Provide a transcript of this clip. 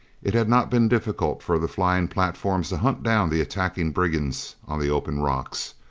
it had not been difficult for the flying platforms to hunt down the attacking brigands on the open rocks.